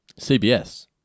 CBS